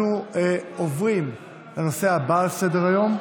אנחנו עוברים לנושא הבא על סדר-היום,